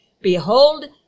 behold